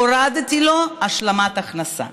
הורדתי לו השלמת ההכנסה.